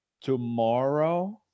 tomorrow